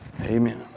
Amen